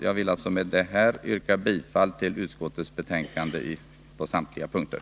Jag vill med detta yrka bifall till utskottets hemställan på samtliga punkter.